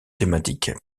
thématiques